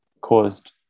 caused